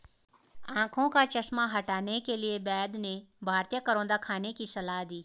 आंखों का चश्मा हटाने के लिए वैद्य ने भारतीय करौंदा खाने की सलाह दी